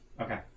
Okay